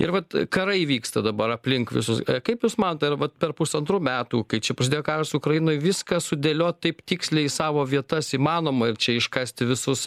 ir vat karai vyksta dabar aplink visus kaip jūs manot ar vat per pusantrų metų kai čia prasidėjo karas ukrainoj viską sudėliot taip tiksliai į savo vietas įmanoma ir čia iškasti visus